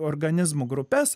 organizmų grupes